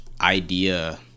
idea